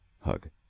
hug